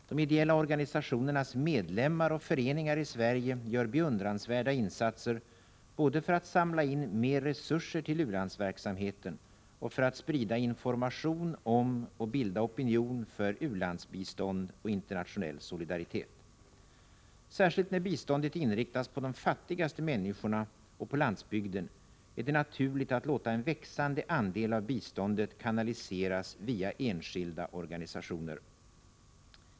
De ideella organisationernas medlemmar och föreningar i Sverige gör beundransvärda insatser både för att samla in mer resurser till u-landsverksamheten och för att sprida information om och bilda opinion för u-landsbistånd och internationell solidaritet. Särskilt när biståndet inriktas på de fattigaste människorna och på landsbygden är det naturligt att låta en växande andel av biståndet kanaliseras via enskilda organisationer.